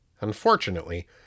Unfortunately